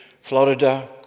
Florida